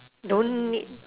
don't need